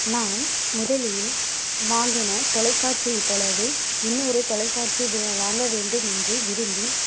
நான் முதலில் வாங்கின தொலைக்காட்சியைப் போலவே இன்னொரு தொலைக்காட்சி வே வாங்க வேண்டும் என்று விரும்பி